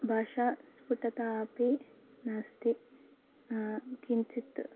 भाषा स्फुटता अपि नास्ति किञ्चित्